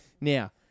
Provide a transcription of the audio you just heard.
Now